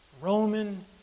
Roman